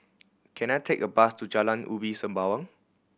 can I take a bus to Jalan Ulu Sembawang